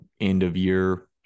end-of-year